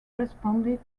responded